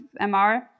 MR